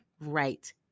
right